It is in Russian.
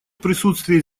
присутствие